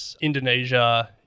Indonesia